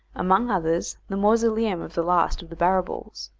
among others the mausoleum of the last of the barrabools.